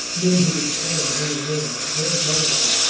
men who would sell their word, their loyalty,